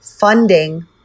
funding